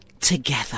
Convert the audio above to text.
together